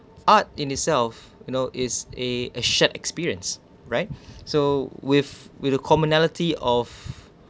art in itself you know is eh a shared experience right so with with a commonality of